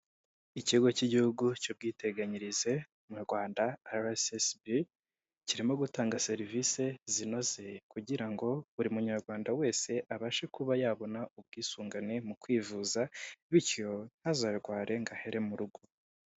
Ikigo cy'igihugu cy'ubwiteganyirize mu rwanda ara esi esibi kirimo gutanga serivisi zinoze kugira ngo buri munyarwanda wese abashe kuba yabona ubwisungane mu kwivuza bityo ntazarware ngo ahere mu rugo.